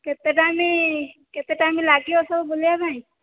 କେତେ ଟାଇମ୍ କେତେ ଟାଇମ୍ ଲାଗିବ ସବୁ ବୁଲିବା ପାଇଁ